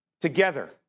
together